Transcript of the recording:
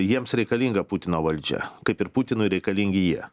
jiems reikalinga putino valdžia kaip ir putinui reikalingi jie